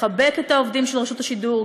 לחבק את העובדים של רשות השידור,